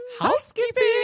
Housekeeping